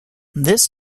this